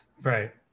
Right